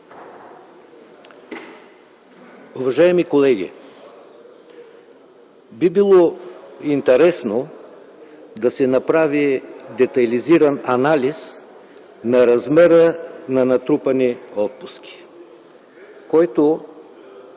Уважаеми колеги, би било интересно да се направи детайлизиран анализ на размера на натрупани отпуски, който